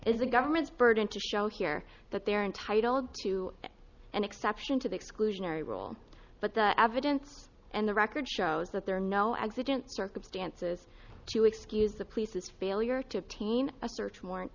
as the government's burden to show here but they're entitled to an exception to the exclusionary rule but the evidence and the record shows that there are no accident circumstances to excuse the police's failure to obtain a search warrant